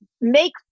make